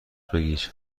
بگیر